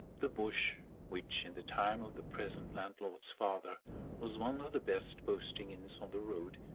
the bush, which in the time of the present landlord's father was one of the best posting inns on the road,